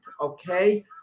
okay